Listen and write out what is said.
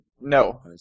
No